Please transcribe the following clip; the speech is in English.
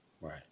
right